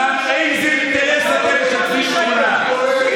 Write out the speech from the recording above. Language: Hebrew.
למען איזה אינטרס אתם משתפים פעולה?